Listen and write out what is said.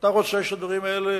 אתה רוצה שהדברים האלה